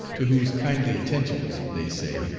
to whose kindly attentions, they say,